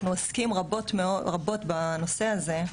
אנחנו עוסקים רבות בנושא הזה,